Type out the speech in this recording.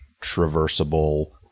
traversable